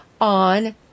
on